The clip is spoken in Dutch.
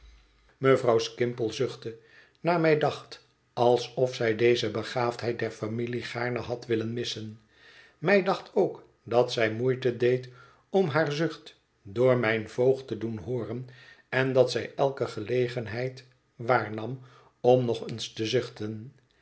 mevrouw skimpole zuchtte naar mij dacht alsof zij deze begaafdheid der familie gaarne had willen missen mij dacht ook dat zij moeite deed om haar zucht door mijn voogd te doen hooren en dat zij elke gelegenheid waarnam om nog eens te zuchten